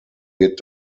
wird